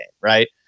right